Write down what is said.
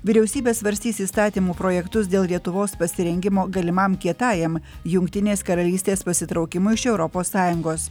vyriausybė svarstys įstatymų projektus dėl lietuvos pasirengimo galimam kietajam jungtinės karalystės pasitraukimo iš europos sąjungos